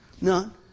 None